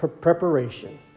preparation